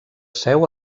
seu